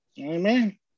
Amen